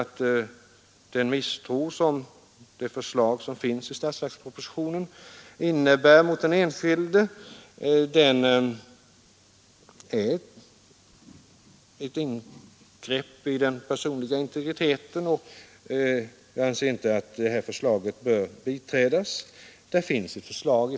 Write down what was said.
Jag vill hävda, att det förslag, som finns i statsverkspropositionen, innebär misstro mot den enskilde. Det utgör ett ingrepp i den personliga integriteten, varför det inte bör biträdas.